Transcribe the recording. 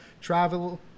travel